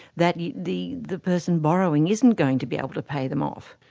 that the the person borrowing isn't going to be able to pay them off.